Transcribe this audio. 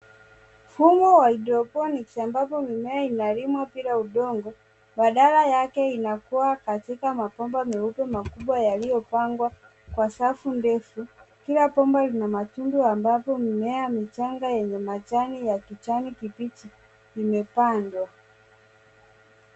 Mfumo wa hydroponics ambapo mimea inalimwa bila udongo badala yake inakuwa katika mapomba meupe makubwa yaliopangwa kwa safu ndefu, kila pomba linamatundu ambapo mimea michanga enye majani ya kijani kibichi limepandwa.